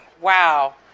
wow